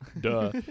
Duh